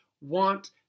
want